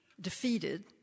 defeated